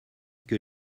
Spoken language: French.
que